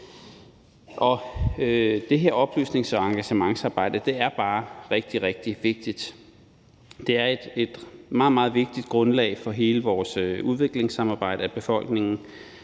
det her oplysnings- og engagementsarbejde er bare rigtig vigtigt. Det er et meget, meget vigtigt grundlag for hele vores udviklingssamarbejde, at befolkningen